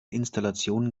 installation